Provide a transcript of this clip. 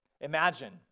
Imagine